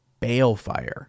balefire